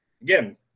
again